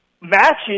matches